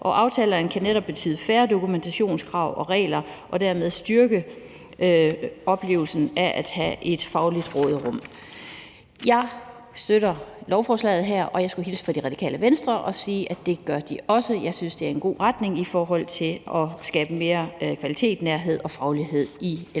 og aftalerne kan netop betyde færre dokumentationskrav og regler og derved styrke oplevelsen af at have et fagligt råderum. Jeg støtter lovforslaget her, og jeg skulle hilse fra Radikale Venstre og sige, at det gør de også. Jeg synes, det peger i en god retning i forhold til at skabe mere kvalitet, nærhed og faglighed i